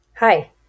Hi